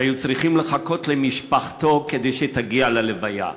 שהיו צריכים לחכות למשפחתו כדי שתגיע להלוויה.